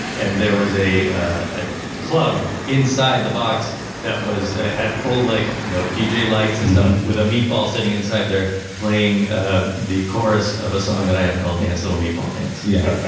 and there was a a club inside the box that was had full, like, you know, deejay lights. it's done with a meatball sitting inside there playing ah the chorus of a song that i have called dance little meatball dance. yeah.